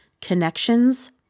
Connections